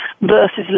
versus